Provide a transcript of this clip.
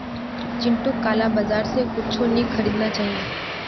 चिंटूक काला बाजार स कुछू नी खरीदना चाहिए